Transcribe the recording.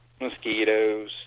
mosquitoes